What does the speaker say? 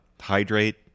hydrate